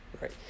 right